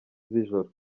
z’ijoro